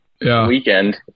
weekend